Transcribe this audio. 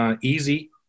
easy